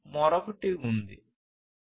మరొకటి ఉంది ఇది 2